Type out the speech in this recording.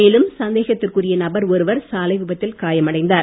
மேலும் சந்தேகத்திற்குரிய நபர் ஒருவர் சாலை விபத்தில் காயம் அடைந்தார்